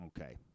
Okay